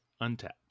untapped